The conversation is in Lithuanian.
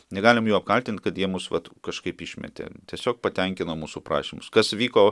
negalim jo apkaltint kad jie mus vat kažkaip išmetė tiesiog patenkino mūsų prašymus kas vyko